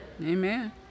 Amen